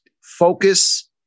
focus